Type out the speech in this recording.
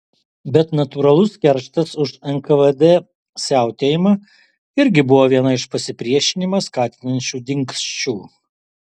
bet natūralus kerštas už nkvd siautėjimą irgi buvo viena iš pasipriešinimą skatinančių dingsčių